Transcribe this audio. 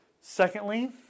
Secondly